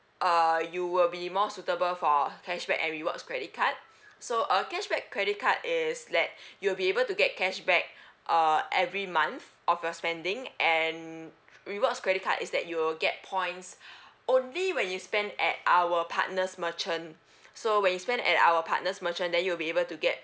uh you will be more suitable for our cashback and rewards credit card so uh cashback credit card is that you'll be able to get cashback uh every month of your spending and rewards credit card is that you'll get points only when you spend at our partner's merchant so when you spend at our partner's merchant then you'll be able to get